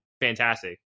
fantastic